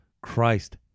Christ